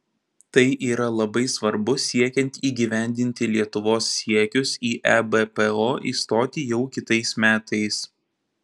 tai yra labai svarbu siekiant įgyvendinti lietuvos siekius į ebpo įstoti jau kitais metais